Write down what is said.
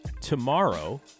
tomorrow